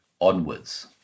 onwards